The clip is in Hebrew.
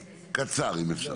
קצר אם אפשר.